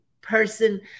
person